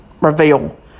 reveal